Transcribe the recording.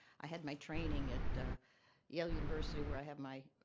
i had my training at yale university where i have my